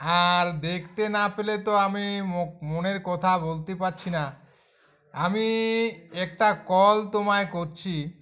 হ্যাঁ আর দেখতে না পেলে তো আমি মো মনের কোথা বলতে পারছি না আমি একটা কল তোমায় করছি